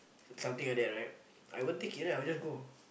something like that right I won't take it right I will just go